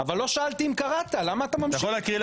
לא מוכרים לנו